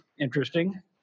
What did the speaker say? interesting